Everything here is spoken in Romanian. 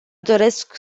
doresc